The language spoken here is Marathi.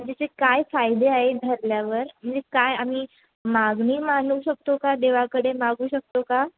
जिचे काय फायदे आहेत धरल्यावर म्हणजे काय आम्ही मागणी मानू शकतो का देवाकडे मागू शकतो का